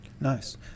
Nice